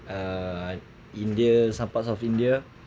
uh india some parts of india